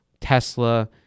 tesla